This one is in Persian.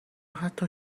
حتی